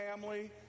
family